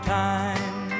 time